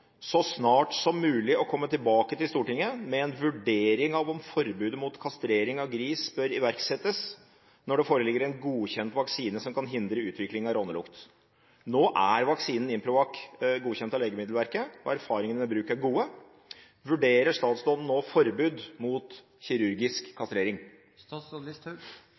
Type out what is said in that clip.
med en vurdering av om forbudet mot kastrering av gris bør iverksettes når det foreligger en godkjent vaksine som kan hindre utvikling av rånelukt». Nå er vaksinen Improvac godkjent av Legemiddelverket, og erfaringene er gode. Vurderer statsråden nå forbud mot kirurgisk